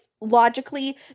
logically